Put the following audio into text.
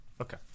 Okay